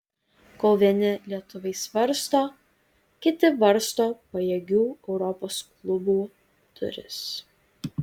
kol vieni lietuviai svarsto kiti varsto pajėgių europos klubų duris